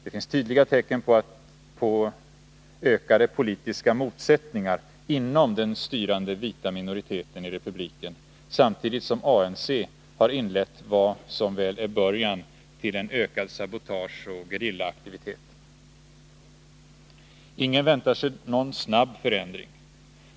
Det finns tydliga tecken på ökade politiska motsättningar inom den styrande vita minoriteten i republiken, samtidigt som ANC har inlett vad som väl är början till en ökad sabotageoch gerillaaktivitet. Ingen väntar sig dock någon snabb förändring.